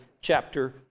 chapter